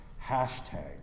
hashtag